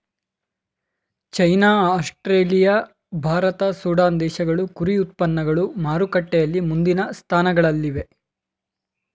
China Australia Bharat Sudan ದೇಶಗಳು ಕುರಿ ಉತ್ಪನ್ನಗಳು ಮಾರುಕಟ್ಟೆಯಲ್ಲಿ ಮುಂದಿನ ಸ್ಥಾನಗಳಲ್ಲಿವೆ